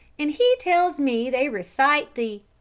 an' he tells me they recite the